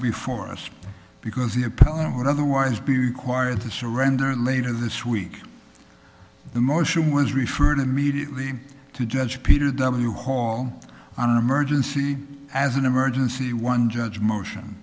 before us because the appellant would otherwise be quire the surrender later this week the motion was referred immediately to judge peter w hall on an emergency as an emergency one judge motion